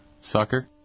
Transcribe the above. Sucker